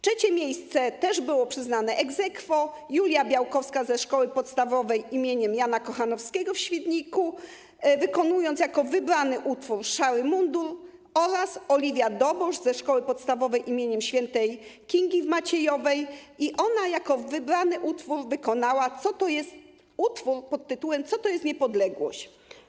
Trzecie miejsce też było przyznane ex aequo: Julia Białkowska ze Szkoły Podstawowej im. Jana Kochanowskiego w Świdniku, która wykonała jako wybrany utwór ˝Szary mundur˝, oraz Oliwia Dobosz ze Szkoły Podstawowej im. św. Kingi w Maciejowej, ona jako wybrany utwór wykonała utwór pt. ˝Co to jest niepodległość?